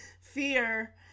fear